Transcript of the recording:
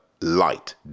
light